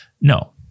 No